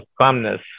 calmness